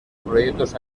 proyectos